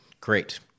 Great